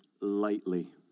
lightly